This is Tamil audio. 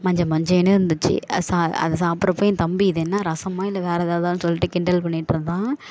மஞ்ச மஞ்சேன்னு இருந்துச்சு அதை சா அதை சாப்பிட்றப்போ ஏன் தம்பி இது என்ன ரசமாக இல்லை வேறு ஏதாவதான்னு சொல்லிவிட்டு கிண்டல் பண்ணிட்டுருந்தான்